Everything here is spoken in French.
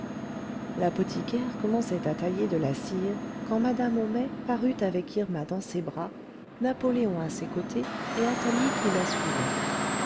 l'apothicaire commençait à tailler de la cire quand madame homais parut avec irma dans ses bras napoléon à ses côtés et athalie qui la suivait